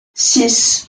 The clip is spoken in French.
six